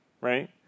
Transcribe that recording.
right